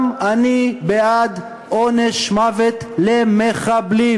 גם אני בעד עונש מוות למחבלים.